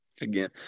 Again